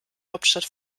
hauptstadt